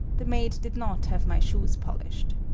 the maid did not have my shoes polished.